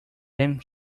then